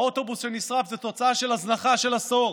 האוטובוס שנשרף זאת תוצאה של הזנחה של עשור,